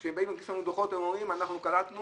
כשהם באים להגיש לנו דוחות, הם אומרים שהם קלטו